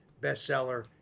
bestseller